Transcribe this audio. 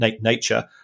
nature